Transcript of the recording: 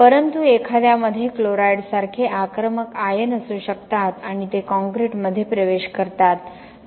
परंतु एखाद्यामध्ये क्लोराइडसारखे आक्रमक आयन असू शकतात आणि ते कॉंक्रिटमध्ये प्रवेश करतात